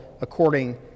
According